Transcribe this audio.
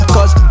Cause